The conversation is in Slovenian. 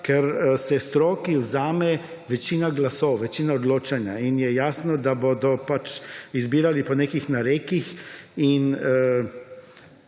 ker se stroki vzame večina glasov, večina odločanja in je jasno, da bodo izbirali po nekih narekih in